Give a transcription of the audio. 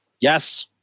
Yes